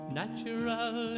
natural